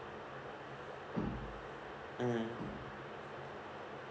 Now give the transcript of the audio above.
mm